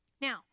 Now